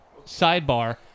sidebar